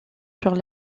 sur